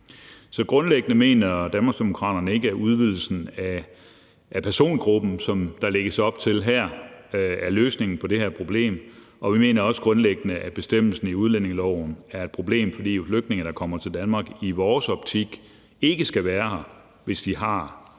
Så grundlæggende mener Danmarksdemokraterne ikke, at udvidelsen af persongruppen, som der lægges op til her, er løsningen på det her problem, og vi mener også grundlæggende, at bestemmelsen i udlændingeloven er et problem, for de flygtninge, der kommer til Danmark, skal i vores optik kun være her, hvis de har et